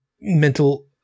mental